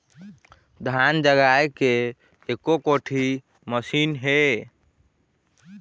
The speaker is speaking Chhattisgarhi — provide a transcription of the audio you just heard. धान जगाए के एको कोठी मशीन हे?